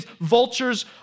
vultures